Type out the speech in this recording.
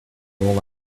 roll